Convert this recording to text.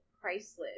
priceless